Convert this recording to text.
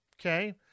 okay